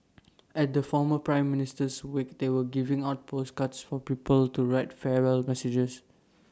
at the former prime Minister's wake they were giving out postcards for people to write farewell messages